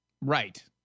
Right